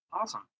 Awesome